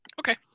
okay